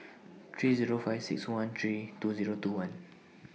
three Zero five six one three two Zero two one